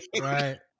right